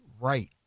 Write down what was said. right